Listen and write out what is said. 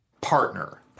partner